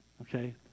Okay